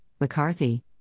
McCarthy